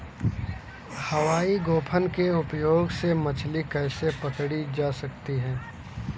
हवाई गोफन के उपयोग से मछली कैसे पकड़ी जा सकती है?